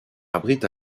abrite